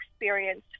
experience